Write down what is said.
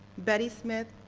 betty smith,